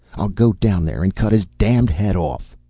i'll go down there and cut his damned head off